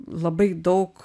labai daug